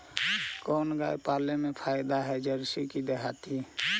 कोन गाय पाले मे फायदा है जरसी कि देहाती?